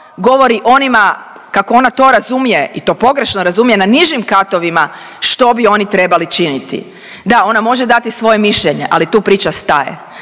govori onima kako ona to razumije i to pogrešno razumije na nižim katovima što bi oni trebali činiti. Da, ona može dati svoje mišljenje, ali tu priča staje